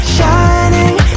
Shining